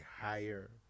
higher